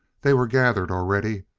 they were gathered already,